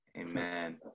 Amen